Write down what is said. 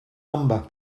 number